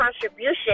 contribution